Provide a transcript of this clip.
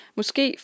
Måske